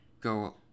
go